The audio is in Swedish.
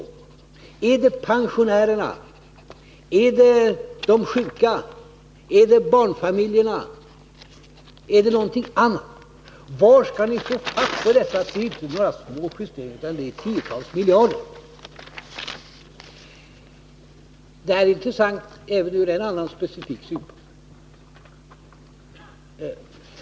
Gäller det pensionärerna, de sjuka eller barnfamiljerna? Var skall ni få fatt på dessa pengar? Det är ju inte några små justeringar utan tiotals miljarder som det rör sig om. Detta är intressant även ur en annan, specifik synvinkel.